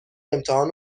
امتحان